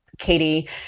Katie